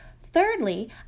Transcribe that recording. Thirdly